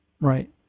Right